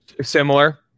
Similar